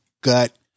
gut